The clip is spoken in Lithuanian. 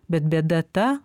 bet bėda ta